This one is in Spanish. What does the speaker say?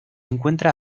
encuentra